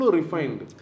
refined